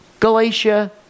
Galatia